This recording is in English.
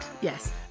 yes